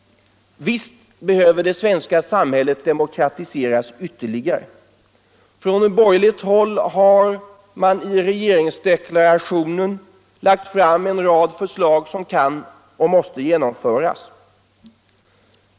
Visst behöver det svenska samhället demokratiseras ytterligare. Från borgerligt håll har man i regeringsdeklarationen lagt fram en rad förslag som kan och måste genomföras.